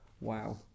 Wow